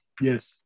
Yes